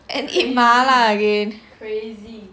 and eat 麻辣 again